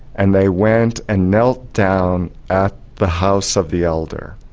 and they went and knelt down at the house of the elder,